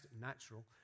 natural